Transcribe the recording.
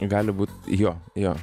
gali būt jo jo